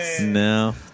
No